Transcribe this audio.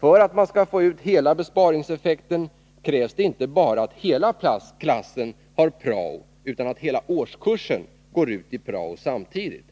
För att man skall få ut hela besparingseffekten krävs det inte bara att hela klassen har prao utan att hela årskursen går ut i prao samtidigt.